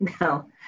no